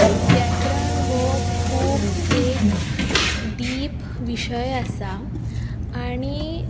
व्याकरण हो खूब एक डीप विशय आसा आनी